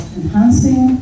enhancing